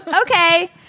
Okay